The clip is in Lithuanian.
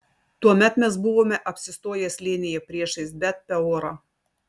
tuomet mes buvome apsistoję slėnyje priešais bet peorą